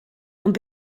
ond